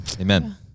Amen